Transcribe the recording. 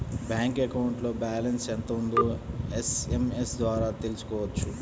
bank అకౌంట్లో balance ఎంత ఉందో ఎస్ఎంఎస్ ద్వారా తెలుసుకోవచ్చు